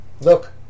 look